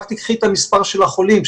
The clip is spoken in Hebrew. רק תיקחי את המספר של החולים,